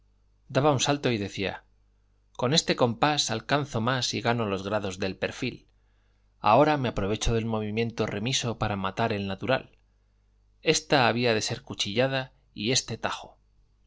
daba un salto y decía con este compás alcanzo más y gano los grados del perfil ahora me aprovecho del movimiento remiso para matar el natural ésta había de ser cuchillada y éste tajo